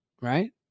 Right